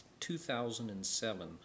2007